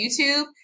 YouTube